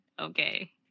Okay